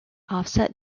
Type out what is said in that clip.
offset